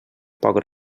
poc